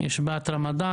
יש בה את הרמדאן,